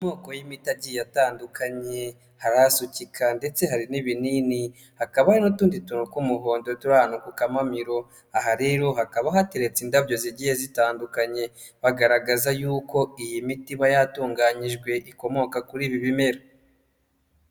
Amoko y'imiti agiye atandukanye hari asukika ndetse hari n'ibinini, hakaba hari n'utundi tw'umuhondo turi ahantu ku kamamiro, aha rero hakaba hateretse indabyo zigiye zitandukanye, bagaragaza yuko iyi miti iba yatunganyijwe ikomoka kuri ibi bimera.